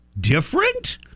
different